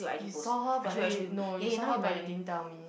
you saw her but then no you saw her but then you didn't tell me